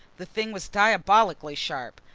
the thing was diabolically sharp.